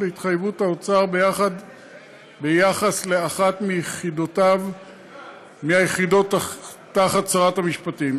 להתחייבות האוצר ביחס לאחת מהיחידות שתחת שרת המשפטים,